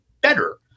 better